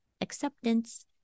acceptance